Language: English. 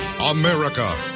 America